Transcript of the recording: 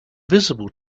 visible